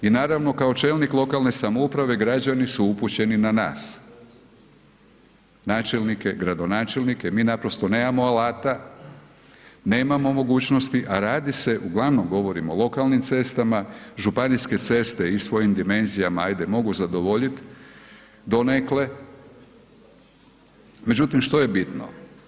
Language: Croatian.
I naravno kao čelnik lokalne samouprave, građani su upućeni na nas, načelnike, gradonačelnike, mi naprosto nemamo alata, nemamo mogućnosti a radi se uglavnom govorim o lokalnim cestama, županijske ceste svojim dimenzijama, ajde mogu zadovoljit donekle, međutim što je bitno?